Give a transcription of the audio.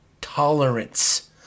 tolerance